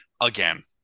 again